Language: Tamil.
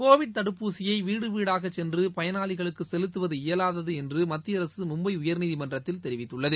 கோவிட் தடுப்பூசியைவீடுவீடாகச் சென்றபயனாளிகளுக்குசெலுத்துவது இயலாததுஎன்றுமத்தியஅரசு மும்பை உயர்நீதிமன்றத்தில் தெரிவித்துள்ளது